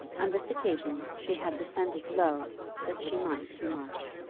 on this occasion she had descended low that she might do much.